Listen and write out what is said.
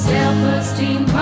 Self-Esteem